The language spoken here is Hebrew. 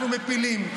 אנחנו מפילים,